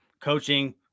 coaching